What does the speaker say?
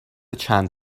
چند